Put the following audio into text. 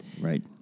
Right